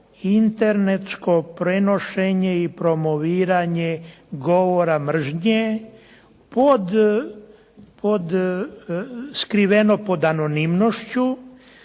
internetsko prenošenje i promoviranje govora mržnje skriveno pod anonimnošću.